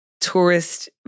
tourist